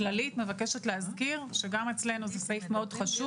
הכללית מבקשת להזכיר שגם אצלנו זה סעיף מאוד חשוב.